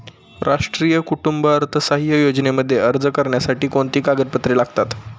राष्ट्रीय कुटुंब अर्थसहाय्य योजनेमध्ये अर्ज करण्यासाठी कोणती कागदपत्रे लागतात?